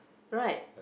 right